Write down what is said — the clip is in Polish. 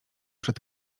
przed